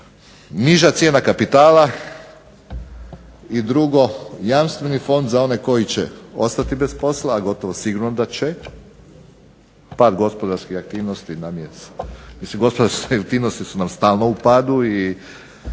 niža cijena kapitala i drugo, jamstveni fond za one koji će ostati bez posla, a gotovo sigurno da će pad gospodarskih aktivnosti nam je, mislim gospodarske aktivnosti su nam stalno u padu i